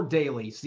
daily